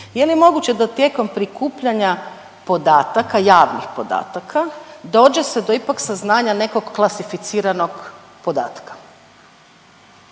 Je li moguće da tijekom prikupljanja podataka, javnih podataka dođe se do ipak saznanja nekog klasificiranog podatka.